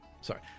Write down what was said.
sorry